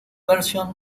version